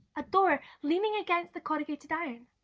a door! leaning against the corrugated iron.